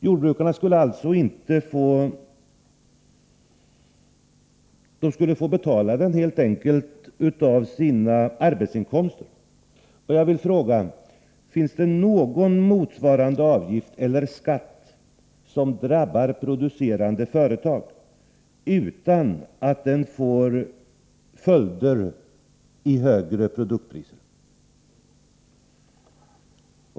Jordbrukarna skulle alltså helt enkelt få betala den av sina arbetsinkomster. Jag vill fråga: Finns det någon motsvarande avgift eller skatt som drabbar producerande företag — utan att den får följder i form av högre produktpriser?